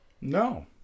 no